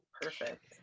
Perfect